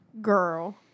girl